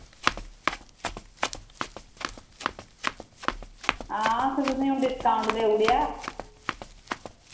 हां असें तुसेंगी हून डिस्काऊंट देई ओड़ेआ